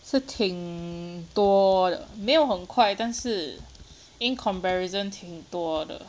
是挺多没有很快但是 in comparison 挺多的